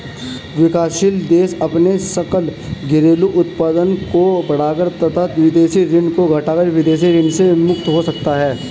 विकासशील देश अपने सकल घरेलू उत्पाद को बढ़ाकर तथा विदेशी ऋण को घटाकर विदेशी ऋण से मुक्त हो सकते हैं